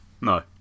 No